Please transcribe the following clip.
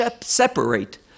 separate